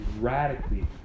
radically